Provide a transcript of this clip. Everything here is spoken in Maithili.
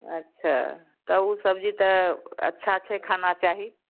अच्छा तब ओ सबजी तऽ अच्छा छै खाना चाही